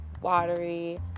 watery